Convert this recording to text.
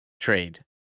Trade